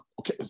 okay